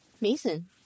Mason